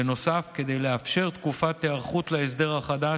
בנוסף, כדי לאפשר תקופת היערכות להסדר החדש,